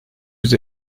yüz